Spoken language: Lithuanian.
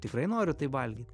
tikrai noriu tai valgyt